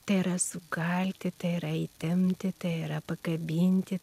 tai yra sukalti tai yra įtempti tai yra pakabinti